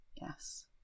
Yes